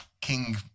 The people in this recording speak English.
King